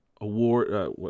award